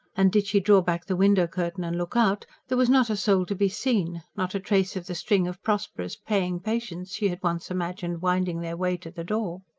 and did she draw back the window-curtain and look out, there was not a soul to be seen not a trace of the string of prosperous, paying patients she had once imagined winding their way to the door.